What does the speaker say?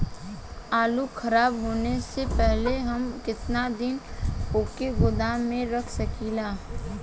आलूखराब होने से पहले हम केतना दिन वोके गोदाम में रख सकिला?